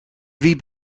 wie